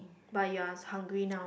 but you are so hungry now ah